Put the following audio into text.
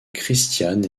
christiane